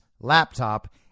laptop